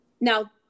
Now